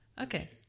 Okay